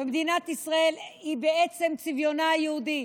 במדינת ישראל היא בעצם צביונה היהודי,